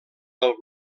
del